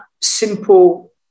simple